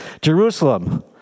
Jerusalem